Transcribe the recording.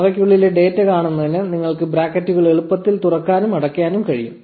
അവയ്ക്കുള്ളിലെ data കാണുന്നതിന് നിങ്ങൾക്ക് ബ്രാക്കറ്റുകൾ എളുപ്പത്തിൽ തുറക്കാനും അടയ്ക്കാനും കഴിയും